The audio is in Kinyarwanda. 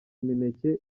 imineke